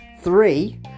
three